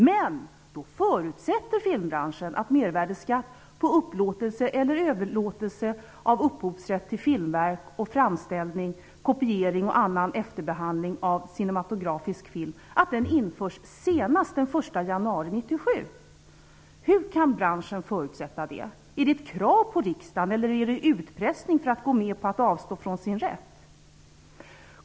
Men då förutsätter filmbranschen att mervärdesskatt på upplåtelse eller överlåtelse av upphovsrätt till filmverk samt framställning, kopiering och annan efterbehandling av cinematografisk film införs senast den 1 januari 1997! Hur kan branschen förutsätta det? Är det ett krav på riksdagen, eller är det utpressning för att man skall gå med på att avstå från sin rätt?